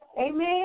Amen